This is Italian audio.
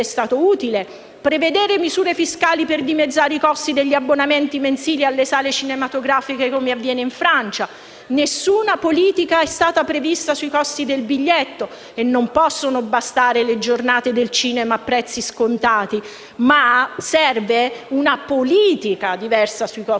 prevedere misure fiscali per dimezzare i costi degli abbonamenti mensili alla sale cinematografiche, come avviene in Francia. Nessuna politica è stata prevista sui costi del biglietto. E non possono bastare le giornate del cinema a prezzi scontati, ma serve una politica diversa sui costi dei biglietti.